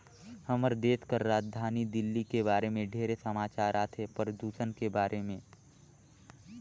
हमर देश के राजधानी दिल्ली के बारे मे ढेरे समाचार आथे, परदूषन के बारे में